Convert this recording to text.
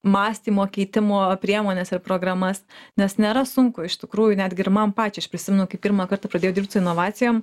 mąstymo keitimo priemones ir programas nes nėra sunku iš tikrųjų netgi ir man pačiai aš prisimenu kai pirmą kartą pradėjau dirbt su inovacijom